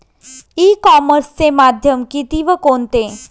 E कॉमर्सचे माध्यम किती व कोणते?